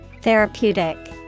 Therapeutic